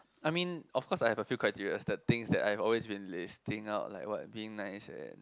I mean of course I have a few criteria the things that I've always been listing out like what being nice and